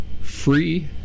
free